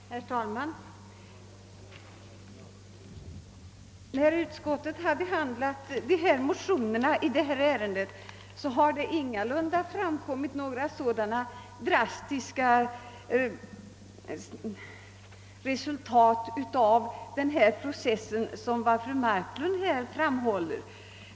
Herr talman! När utskottet behandlat motionerna i detta ärende har det ingalunda framkommit att det skulle bli så drastiska resultat av denna process som fru Marklund här framhåller.